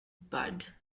bud